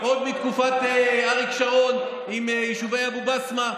עוד מתקופת אריק שרון עם יישובי אבו בסמה,